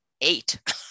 eight